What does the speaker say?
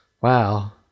Wow